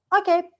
okay